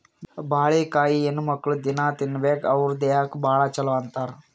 ಬಾಳಿಕಾಯಿ ಹೆಣ್ಣುಮಕ್ಕ್ಳು ದಿನ್ನಾ ತಿನ್ಬೇಕ್ ಅವ್ರ್ ದೇಹಕ್ಕ್ ಭಾಳ್ ಛಲೋ ಅಂತಾರ್